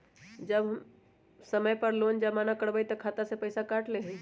जब समय पर लोन जमा न करवई तब खाता में से पईसा काट लेहई?